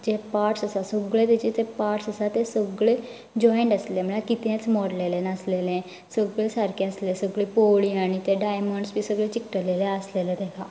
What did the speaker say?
जे parts आसा सगळे तेचे जे पार्टस आसा तें सगळें जाँयन्ट आसले म्हळ्यार कितेंच मोडलेले नासलेले सगळें सारकें आसले सगळें पोंवळीं आनी तें डायमंड्स सगळें चिकटलेले आसलेले तेका